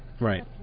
right